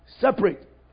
separate